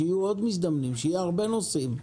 שיהיו עוד מזדמנים, שיהיו הרבה נוסעים.